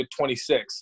26